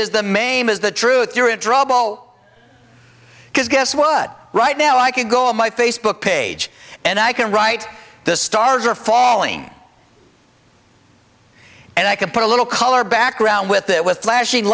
is the maim is the truth you're in trouble because guess what right now i can go on my facebook page and i can write the stars are falling and i can put a little color background with that with flashing